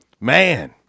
Man